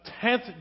tenth